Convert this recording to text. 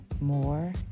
more